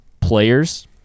players